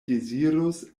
dezirus